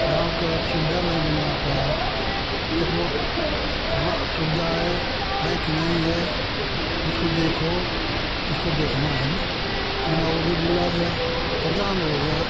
गाँव का सुविधा नहीं बनवा पाया रोट कहाँ सुविधा है है कि नहीं है उसको देखो उसको देखना है ना वर्ना वो भी बोला गया प्रधान हो गया